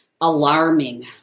Alarming